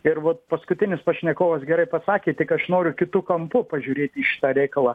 ir vat paskutinis pašnekovas gerai pasakė tik aš noriu kitu kampu pažiūrėti į šitą reikalą